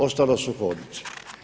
Ostalo su hodnici.